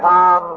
Tom